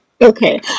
okay